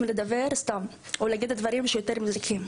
לדבר סתם או לומר דברים שעלולים להזיק.